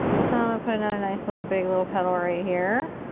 so and put another nice little big little petal right here.